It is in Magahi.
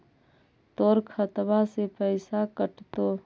तोर खतबा से पैसा कटतो?